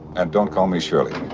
and don't call me shirley.